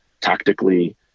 tactically